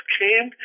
came